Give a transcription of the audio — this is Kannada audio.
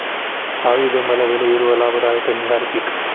ಸಾವಿ ಬೆಂಬಲ ಬೆಲೆ ಇರುವ ಲಾಭದಾಯಕ ಹಿಂಗಾರಿ ಪಿಕ್